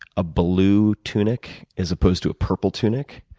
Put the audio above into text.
a blue tunic as opposed to a purple tunic